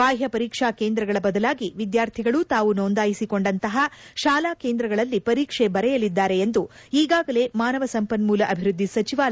ಬಾಹ್ತ ಪರೀಕ್ಷಾ ಕೇಂದ್ರಗಳ ಬದಲಾಗಿ ವಿದ್ಯಾರ್ಥಿಗಳು ತಾವು ನೊಂದಾಯಿಸಿಕೊಂಡಂತಹ ಶಾಲಾ ಕೇಂದ್ರಗಳಲ್ಲಿ ಪರೀಕ್ಷೆ ಬರೆಯಲಿದ್ದಾರೆ ಎಂದು ಈಗಾಗಲೇ ಮಾನವ ಸಂಪನ್ಮೂಲ ಅಭಿವೃದ್ಧಿ ಸಚಿವಾಲಯ ಪ್ರಕಟಿಸಿದೆ